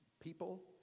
people